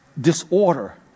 disorder